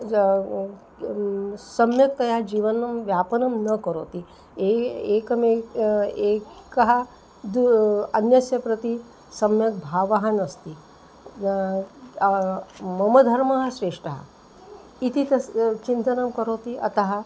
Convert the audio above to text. सम्यक्तया जीवनं यापनं न करोति एव एकः एकः तु अन्यस्य प्रति सम्यक् भावः नास्ति मम धर्मः श्रेष्ठः इति तस्य चिन्तनं करोति अतः